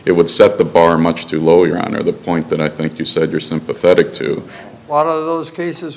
it would set the bar much too low your honor the point that i think you said you're sympathetic to a lot of those cases